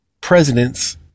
Presidents